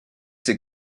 ses